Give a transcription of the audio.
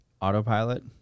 autopilot